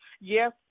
yes